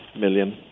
million